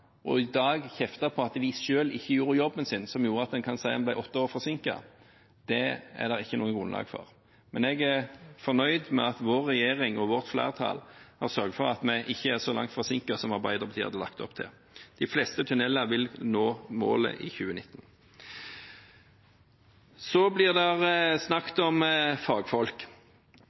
ikke gjorde jobben sin, som gjorde at en kan si at en ble åtte år forsinket, er det ikke noe grunnlag for. Jeg er fornøyd med at vår regjering og vårt flertall har sørget for at vi ikke er så mye forsinket som Arbeiderpartiet hadde lagt opp til. De fleste tunneler vil nå målet i 2019. Så blir det snakket om fagfolk.